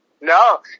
No